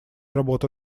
работа